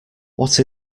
what